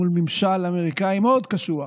מול ממשל האמריקאי מאוד קשוח.